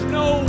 no